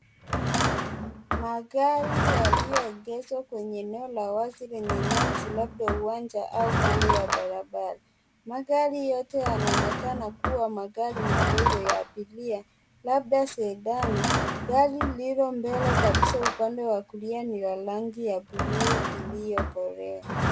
Magari yaliyoegeshwa kwenye eneo la wazi lenye nyasi labda uwanja au kando ya barabara. Magari yote yanaoenekana kuwa magari madogo ya abiria labda Sedan, gari lililo mbele kabisa upande wa kulia ni la rangi ya bluu iliyokolea.